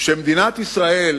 שמדינת ישראל